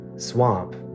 Swamp